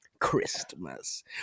Christmas